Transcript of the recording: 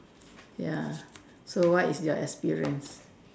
ya so what is your experience